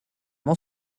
m’en